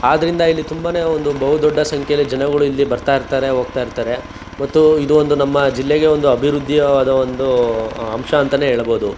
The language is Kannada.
ಆದ್ದರಿಂದ ಇಲ್ಲಿ ತುಂಬನೇ ಒಂದು ಬಹುದೊಡ್ಡ ಸಂಖ್ಯೆಯಲ್ಲಿ ಜನಗಳು ಇಲ್ಲಿ ಬರ್ತಾಯಿರ್ತಾರೆ ಹೋಗ್ತಾಯಿರ್ತಾರೆ ಮತ್ತು ಇದು ಒಂದು ನಮ್ಮ ಜಿಲ್ಲೆಗೆ ಒಂದು ಅಭಿವೃದ್ಧಿಯಾದ ಒಂದು ಅಂಶ ಅಂತಲೇ ಹೇಳಬಹುದು